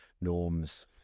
norms